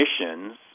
missions